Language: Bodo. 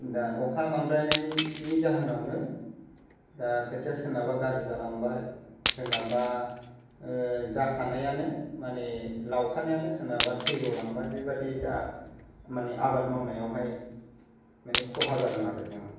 दा अखा बांद्रायनायनि जाहोनावनो दा खोथिया सोरनाबा गाज्रि जालांबाय सोरनाबा जाखानायानो माने लावखानायानो सोरनाबा थैब्र' लांबाय बेबादि दा माने आबाद मावनायावहाय माने खहा जादों आरो जोंनाव